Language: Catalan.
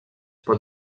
pot